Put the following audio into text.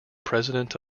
president